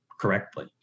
correctly